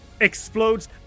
explodes